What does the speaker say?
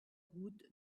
route